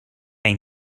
kaj